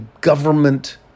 government